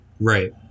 Right